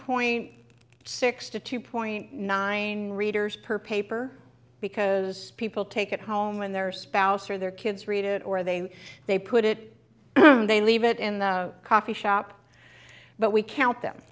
point six to two point nine readers per paper because people take it home when their spouse or their kids read it or they they put it they leave it in the coffee shop but we count them